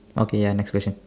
okay ya next question